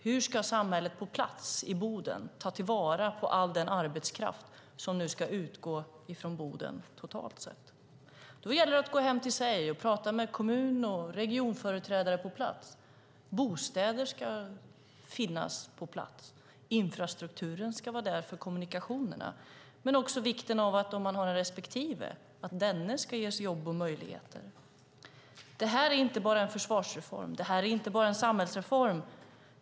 Hur ska samhället på plats i Boden ta till vara på all den arbetskraft som ska utgå från Boden totalt sett? Då gäller det att gå hem till sig och tala med kommunen och regionföreträdarna på plats. Bostäder ska finnas på plats. Infrastrukturen ska vara där för kommunikationerna. Om man har en respektive är det också viktigt att denne ges jobb och möjligheter. Det här är inte bara en försvarsreform, och det är inte bara en samhällsreform.